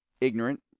ignorant